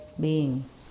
beings